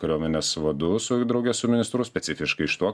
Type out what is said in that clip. kariuomenės vadu su drauge su ministru specifiškai šituo